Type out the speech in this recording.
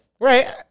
Right